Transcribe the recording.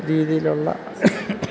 രീതിയിലുള്ള